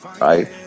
right